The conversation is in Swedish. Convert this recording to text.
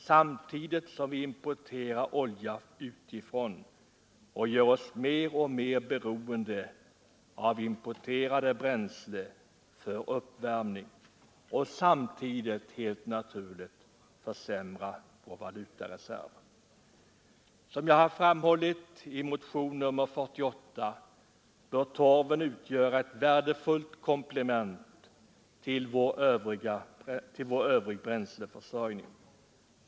Samtidigt importerar vi olja utifrån och gör oss mer och mer beroende av importerade bränslen för uppvärmning, vilket helt naturligt försämrar vår valutareserv. Som jag har framhållit i motionen 48 bör torven utgöra ett värdefullt komplement till vår övriga bränsleförsörjning.